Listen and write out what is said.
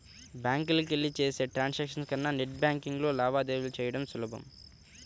బ్యాంకులకెళ్ళి చేసే ట్రాన్సాక్షన్స్ కన్నా నెట్ బ్యేన్కింగ్లో లావాదేవీలు చెయ్యడం సులభం